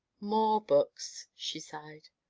more books! she sighed.